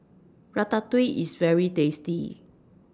Ratatouille IS very tasty